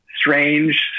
strange